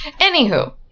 Anywho